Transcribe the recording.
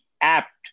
apt